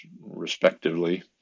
respectively